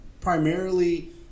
primarily